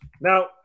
now